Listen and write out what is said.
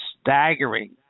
staggering